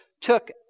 took